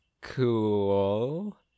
cool